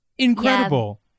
incredible